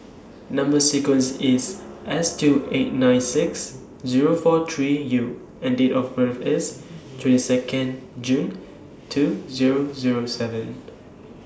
Number sequence IS S two eight nine six Zero four three U and Date of birth IS twenty Second June two Zero Zero seven